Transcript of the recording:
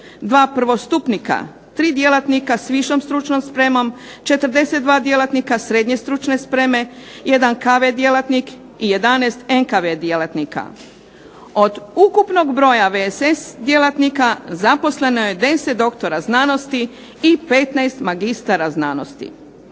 2 prvostupnika, 3 djelatnika s višom stručnom spremom, 42 djelatnika srednje stručne spreme, 1 KV djelatnik i 11 NKV djelatnika. Od ukupnog broja VSS djelatnika zaposleno je 10 doktora znanosti i 15 magistara znanosti.